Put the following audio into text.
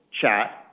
chat